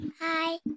hi